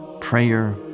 prayer